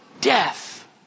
death